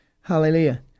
Hallelujah